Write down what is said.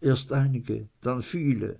erst einige dann viele